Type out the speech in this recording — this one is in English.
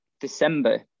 december